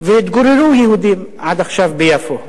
והתגוררו יהודים עד עכשיו ביפו.